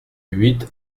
huit